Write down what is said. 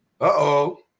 uh-oh